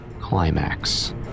Climax